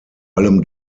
allem